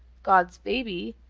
god's baby,